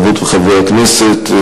חברות וחברי הכנסת,